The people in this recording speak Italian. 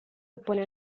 oppone